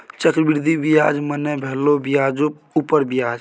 चक्रवृद्धि ब्याज मने भेलो ब्याजो उपर ब्याज